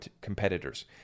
competitors